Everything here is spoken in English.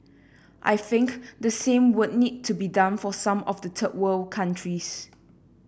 I think the same would need to be done for some of the third world countries